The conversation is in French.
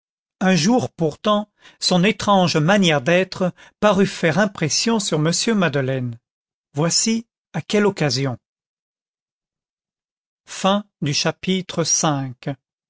un jour pourtant son étrange manière d'être parut faire impression sur m madeleine voici à quelle occasion chapitre vi